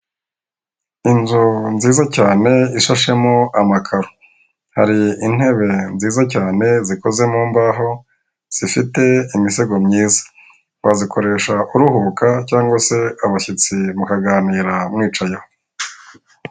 Inzovu nziza cyane ishashemo amakaro hari intebe nziza cyane zikoze mu mbaho zifite imisego myiza, wazikoresha uruhuka cyangwa se abashyitsi mukaganira mwicayeho.